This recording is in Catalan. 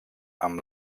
amb